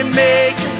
make